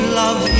love